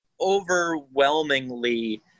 Overwhelmingly